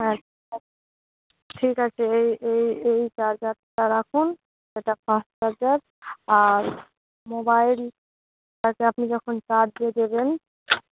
হ্যাঁ ঠিক আছে এই এই এই চার্জারটা রাখুন এটা ফাস্ট চার্জার আর মোবাইলটাকে আপনি যখন চার্জে দেবেন